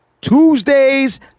Tuesdays